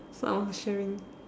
so I want to sharing